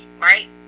right